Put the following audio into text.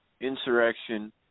insurrection